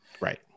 Right